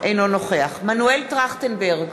אינו נוכח מנואל טרכטנברג,